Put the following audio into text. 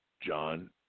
John